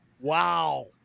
Wow